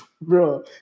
bro